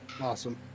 awesome